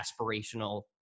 aspirational